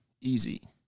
easy